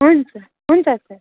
हुन्छ हुन्छ सर